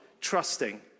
trusting